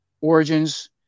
Origins